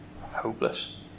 hopeless